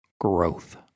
Growth